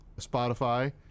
Spotify